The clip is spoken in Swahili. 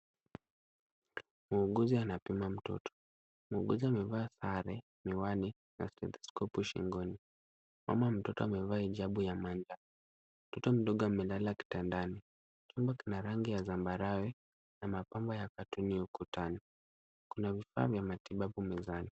Muuguzi anapima mtoto. Muuguzi amevaa sare, miwani na stethoskopu shingoni. Mama mtoto amevaa hijabu ya manjano. Mtoto mdogo amelala kitandani. Kitanda kina rangi ya zambarau na mapambo ya katuni ukutani. Kuna vifaa vya matibabu mezani.